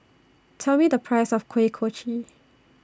Tell Me The Price of Kuih Kochi